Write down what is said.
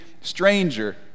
stranger